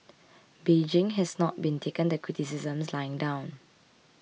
Beijing has not been taken the criticisms lying down